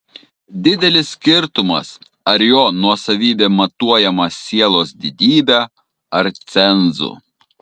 didelis skirtumas ar jo nuosavybė matuojama sielos didybe ar cenzu